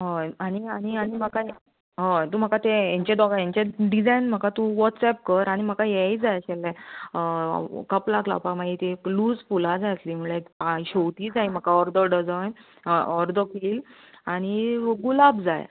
हय आनीक आनी आनी म्हाका हय तूं म्हाका ते हेंचे दोगांयचे डिजायन म्हाका तूं वॉट्सएप कर आनी म्हाका हेंयी जाय आशिल्ले कपलाक लावपा मागी तीं लूज फुलां जाय आसलीं म्हणल्या ही शेंवतीं जाय म्हाका अर्दो डजन अर्दो पील आनी गुलाब जाय